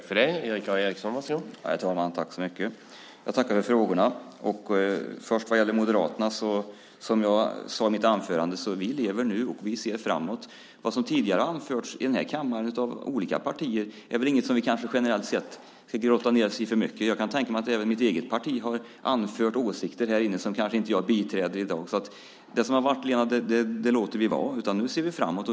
Herr talman! Jag tackar för frågorna. Vad gäller Moderaterna är det så, som jag sade i mitt anförande, att vi lever nu, vi ser framåt. Vad som tidigare anförts i den här kammaren av olika partier är väl inget som vi kanske generellt sett ska grotta ned oss i för mycket. Jag kan tänka mig att även mitt eget parti har anfört åsikter här inne som jag kanske inte biträder i dag. Det som har varit, Lena, låter vi vara. Nu ser vi framåt.